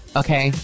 okay